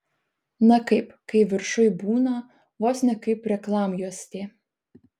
na kaip kai viršuj būna vos ne kaip reklamjuostė